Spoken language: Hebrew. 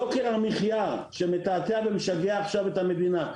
יוקר המחיה שמתעתע ומשגע עכשיו את המדינה,